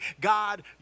God